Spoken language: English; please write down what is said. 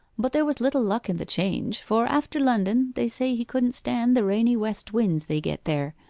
but there was little luck in the change for after london they say he couldn't stand the rainy west winds they get there,